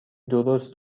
درست